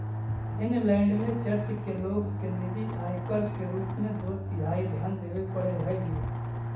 Finland में church के लोग के निजी आयकर के रूप में दो तिहाई धन देवे पड़ऽ हई